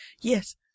Yes